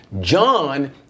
John